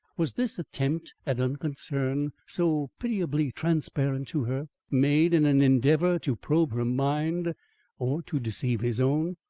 was this attempt at unconcern, so pitiably transparent to her, made in an endeavour to probe her mind or to deceive his own?